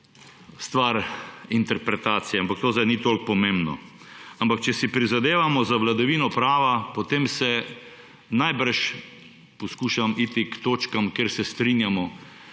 stvar interpretacije; ampak to zdaj ni toliko pomembno. Vendar če si prizadevamo za vladavino prava, potem se najbrž – poskušam iti k točkam, kjer se strinjamo